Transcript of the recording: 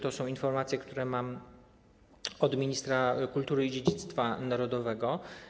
To są informacje, które mam od ministra kultury i dziedzictwa narodowego.